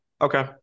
Okay